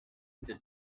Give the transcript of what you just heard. the